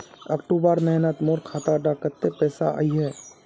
अक्टूबर महीनात मोर खाता डात कत्ते पैसा अहिये?